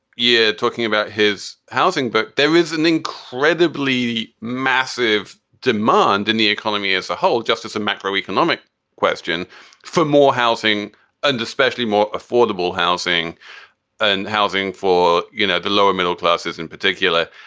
you're talking about his housing. but there is an incredible. the massive demand in the economy as a whole justice, a macro economic question for more housing and especially more affordable housing and housing for, you know, the lower middle classes in particular,